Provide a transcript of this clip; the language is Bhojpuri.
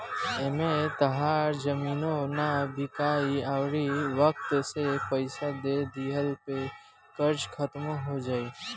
एमें तहार जमीनो ना बिकाइ अउरी वक्त से पइसा दे दिला पे कर्जा खात्मो हो जाई